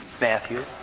Matthew